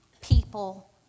people